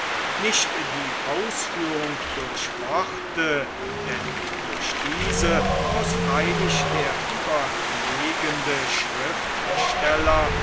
nicht die ausführung durch worte denn durch diese muß freilich der überlegende schriftsteller